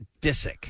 Disick